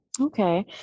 okay